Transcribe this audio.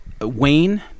Wayne